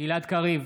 גלעד קריב,